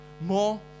more